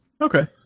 Okay